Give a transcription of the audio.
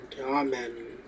amen